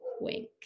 wink